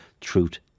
truth